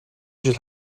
жил